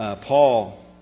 Paul